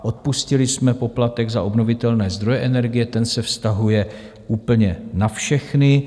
Odpustili jsme poplatek za obnovitelné zdroje energie, ten se vztahuje úplně na všechny.